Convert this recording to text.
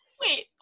Wait